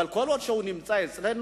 אבל כל עוד הוא נמצא אצלנו,